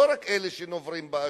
לא רק אלה שנוברים באשפה,